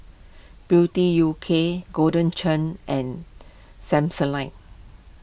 beauty U K Golden Churn and Samsonite